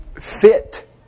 fit